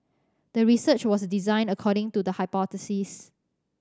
the research was designed according to the hypothesis